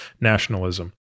nationalism